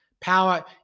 power